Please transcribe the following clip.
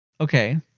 okay